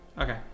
Okay